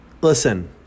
Listen